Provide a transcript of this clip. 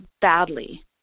badly